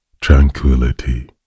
tranquility